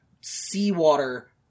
seawater